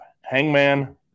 Hangman